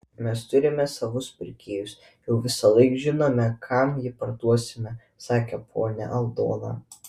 mes turime savus pirkėjus jau visąlaik žinome kam jį parduosime sakė ponia aldona